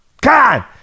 God